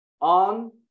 On